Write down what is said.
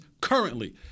currently